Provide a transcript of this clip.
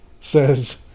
says